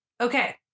Okay